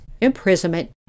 imprisonment